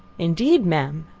indeed, ma'am,